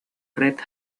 red